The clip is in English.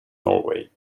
norway